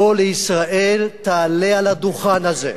בוא לישראל, תעלה על הדוכן הזה.